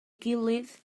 gilydd